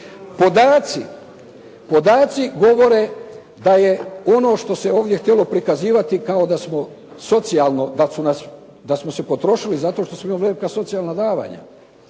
Podaci govore da je ono što se ovdje htjelo prikazivati kao da smo socijalno, da smo se potrošili zato što smo imali velika socijalna davanja